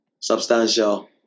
substantial